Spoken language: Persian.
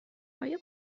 آیا